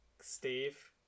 Steve